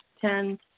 Ten